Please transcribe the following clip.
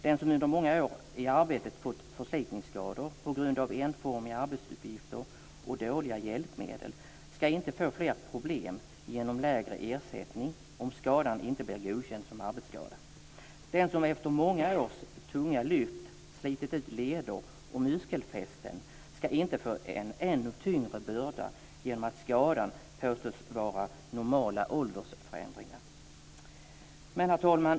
Den som efter många år i arbetet fått förslitningsskador på grund av enformiga arbetsuppgifter och dåliga hjälpmedel ska inte få fler problem genom lägre ersättning, om skadan inte blir godkänd som arbetsskada. Den som efter många års tunga lyft slitit ut leder och muskelfästen ska inte få en ännu tyngre börda genom att skadan påstås vara normala åldersförändringar. Herr talman!